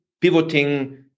pivoting